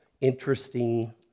interesting